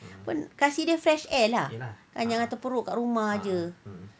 pun kasi dia fresh air lah kan jangan terperuk dekat rumah jer